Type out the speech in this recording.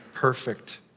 Perfect